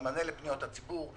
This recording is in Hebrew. על המענה לפניות הציבור.